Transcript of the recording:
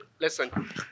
Listen